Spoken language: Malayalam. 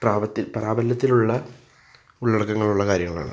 പ്രാവർ പ്രാബല്യത്തിലുള്ള ഉള്ളടക്കങ്ങളുള്ള കാര്യങ്ങളാണ്